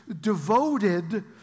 devoted